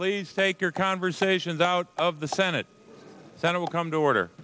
please take your conversations out of the senate the senate will come to order